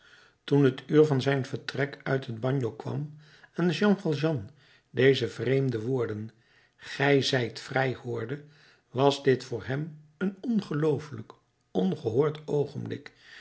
toen het uur van zijn vertrek uit het bagno kwam en jean valjean deze vreemde woorden gij zijt vrij hoorde was dit voor hem een ongelooflijk ongehoord oogenblik